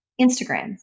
Instagram